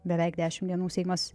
beveik dešimt dienų seimas